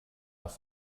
auf